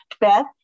Beth